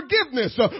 forgiveness